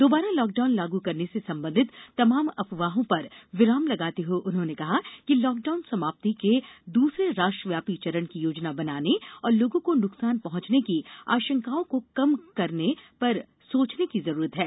दोबारा लॉकडाउन लागू करने से संबंधित तमाम अफवाहों पर विराम लगाते हए उन्होंने कहा कि लॉकडाउन समाप्ति के दूसरे राष्ट्रव्यापी चरण की योजना बनाने और लोगों को नुकसान पहंचने की आशंकाओं को कम से कम करने पर सोचने की जरूरत है